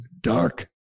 dark